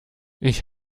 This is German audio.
ich